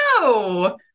No